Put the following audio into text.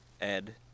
ed